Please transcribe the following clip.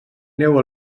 neu